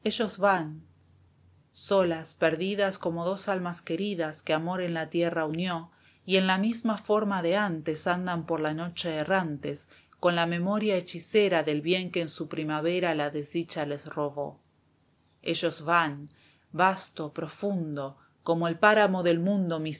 solas perdidas como dos almas queridas que amor en la tierra unió y en la misma forma de antes andan por la noche errantes con la memoria hechicera del bien que en su primavera la desdicha les robó ellos van vasto profundo como el páramo del mundo